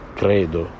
credo